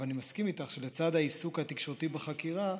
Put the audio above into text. אבל אני מסכים איתך שלצד העיסוק התקשורתי בחקירה,